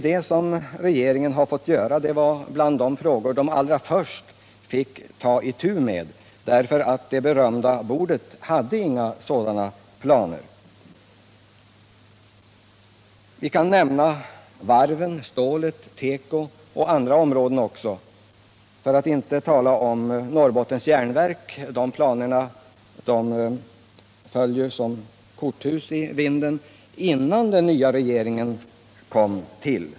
Detta var en av de frågor som regeringen allra först fick ta itu med — på det berömda bordet fanns inga sådana planer för varven, stålet, teko— det finns andra områden också. Norrbottens Järnverks planer föll ju som korthus i vinden redan innan den nya regeringen kom till.